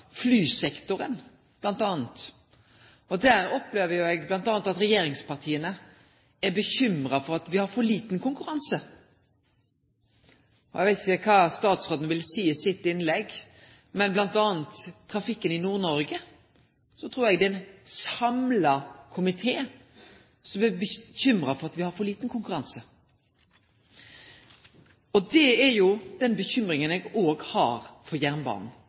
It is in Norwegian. flysektoren bl.a., og der opplever eg at regjeringspartia er bekymra for at me har for liten konkurranse. Eg veit ikkje kva statsråden vil seie i innlegget sitt, men når det gjeld trafikken i Nord-Noreg, trur eg det er ein samla komité som er bekymra for at me har for liten konkurranse. Det er òg den bekymringa eg har for jernbanen.